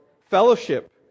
fellowship